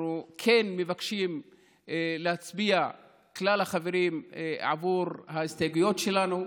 אנחנו כן מבקשים מכלל החברים להצביע עבור ההסתייגויות שלנו,